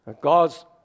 God's